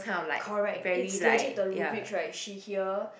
correct is legit the rubric right she here